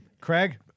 Craig